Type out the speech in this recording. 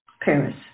Paris